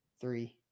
Three